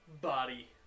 body